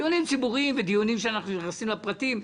דיונים ציבוריים ודיונים שבהם אנחנו נכנסים לפרטים.